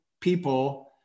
people